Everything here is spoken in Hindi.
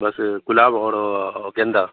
बस गुलाब और गेंदा